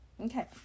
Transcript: okay